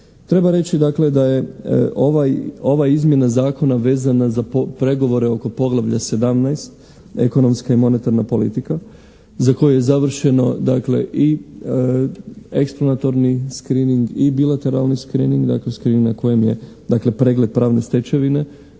Treba reći dakle da je ova izmjena zakona vezana za pregovore oko poglavlja 17 ekonomska i monetarna politika za koji je završeno dakle i eksplanatorni screening i bilateralni screening, dakle screening na kojem je